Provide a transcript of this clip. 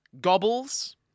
Gobbles